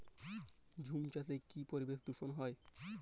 ঝুম চাষে কি পরিবেশ দূষন হয়?